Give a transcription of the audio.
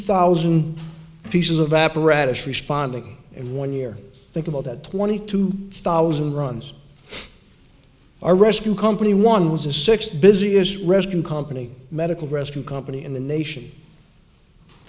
thousand pieces of apparatus responding in one year think about that twenty two thousand runs are rescue company one was a six busiest rescue company medical rescue company in the nation